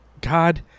God